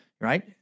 Right